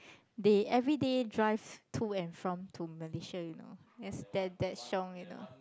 they everyday drive to and from to Malaysia you know that that's that's xiong you know